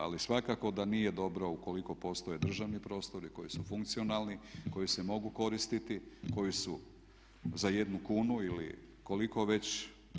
Ali svakako da nije dobro ukoliko postoje državni prostori koji su funkcionalni, koji se mogu koristiti i koji su za jednu kunu ili koliko već.